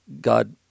God